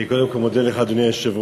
אני קודם כול מודה לך, אדוני היושב-ראש.